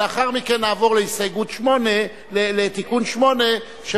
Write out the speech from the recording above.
לאחר מכן נעבור לתיקון מס' 8,